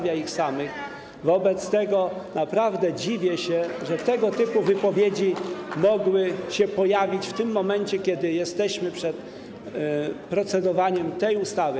Wobec tego naprawdę dziwię się, że tego typu wypowiedzi mogły się pojawić w tym momencie, kiedy jesteśmy przed procedowaniem nad tą ustawą.